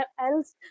else